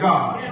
God